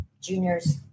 juniors